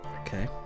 Okay